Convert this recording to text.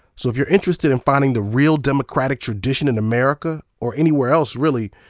so if you're interested in finding the real democratic tradition in america, or anywhere else, really,